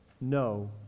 no